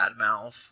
badmouth